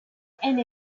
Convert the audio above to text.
and